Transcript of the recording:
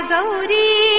Gauri